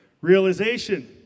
Realization